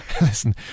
Listen